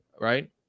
right